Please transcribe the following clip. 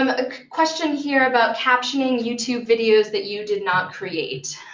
um a question here about captioning youtube videos that you did not create.